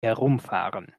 herumfahren